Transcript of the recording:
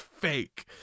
fake